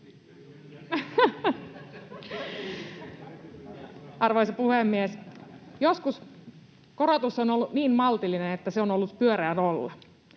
Arvoisa puhemies! Joskus korotus on ollut niin maltillinen, että se on ollut pyöreä nolla.